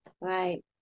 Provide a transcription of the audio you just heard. Right